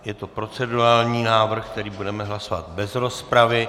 Je to procedurální návrh, o kterém budeme hlasovat bez rozpravy.